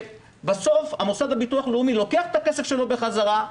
שבסוף המוסד לביטוח לאומי לוקח את הכסף שלו בחזרה,